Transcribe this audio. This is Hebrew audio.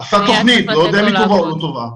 עשה תכנית, לא יודע אם היא טובה או לא טובה.